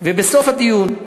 ובסוף הדיון,